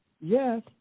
Yes